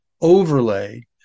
overlay